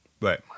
Right